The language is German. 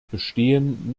bestehen